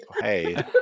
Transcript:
Hey